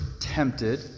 tempted